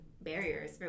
barriers